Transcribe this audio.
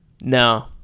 No